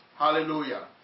Hallelujah